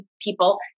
people